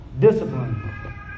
discipline